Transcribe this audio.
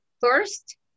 first